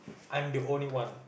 I'm the only one